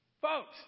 Folks